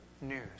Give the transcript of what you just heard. news